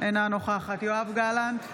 אינה נוכחת יואב גלנט,